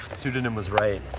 sudonym was right.